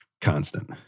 constant